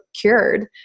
cured